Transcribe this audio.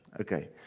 Okay